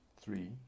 Three